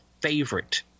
favorite